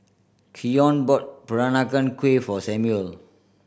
Keion bought Peranakan Kueh for Samuel